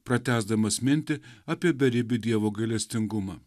pratęsdamas mintį apie beribį dievo gailestingumą